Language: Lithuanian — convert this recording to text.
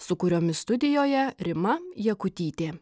su kuriomis studijoje rima jakutytė